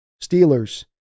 Steelers